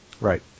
Right